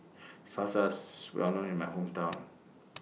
Salsa IS Well known in My Hometown